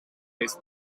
heeft